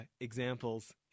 examples